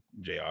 JR